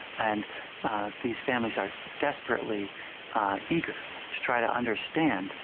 and these families are desperately eager to try to understand,